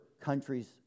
countries